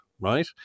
right